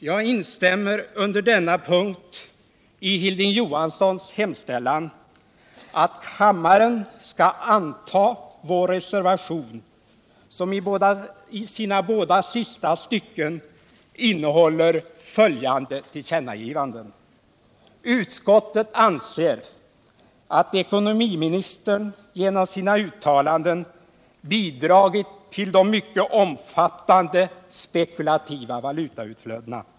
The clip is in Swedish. Jag instämmer under denna punkt i Hilding Johanssons hemställan att kammaren skall anta reservationen, som i sina båda sista stycken innehåller följande tillkännagivanden: ”Utskottet anser att ekonomiministern genom sina uttalanden bidragit till de mycket omfattande spekulativa valutautflödena.